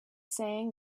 saying